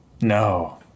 No